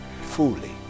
fully